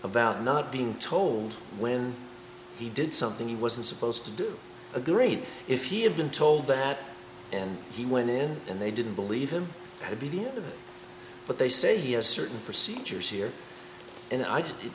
about not being told when he did something he wasn't supposed to do a great if he had been told that and he went in and they didn't believe him to be there but they say he has certain procedures here and i